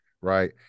right